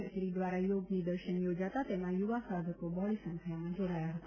કચેરી દ્વારા યોગ નિદર્શન યોજાતા તેમાં યુવા સાધકો બહોળી સંખ્યામાં જોડાયા હતા